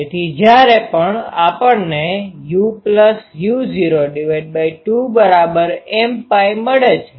તેથી જ્યારે પણ આપણને uu૦2mπ મળે છે